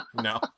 No